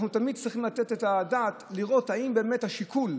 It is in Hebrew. אנחנו תמיד צריכים לתת את הדעת ולראות אם באמת השיקול,